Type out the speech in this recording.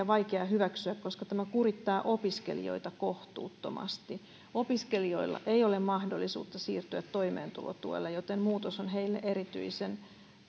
vaikea hyväksyä sen takia että tämä kurittaa opiskelijoita kohtuuttomasti opiskelijoilla ei ole mahdollisuutta siirtyä toimeentulotuelle joten muutos on heille erityisen